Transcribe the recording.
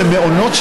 מהתקופה